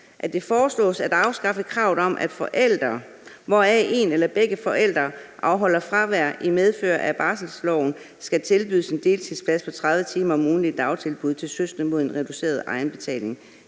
at det foreslås at afskaffe kravet om, at forældre, hvoraf en eller begge afholder fravær i medfør af barselsloven, skal tilbydes en deltidsplads på 30 timer om ugen i dagtilbud til søskende mod en reduceret egenbetaling.